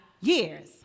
years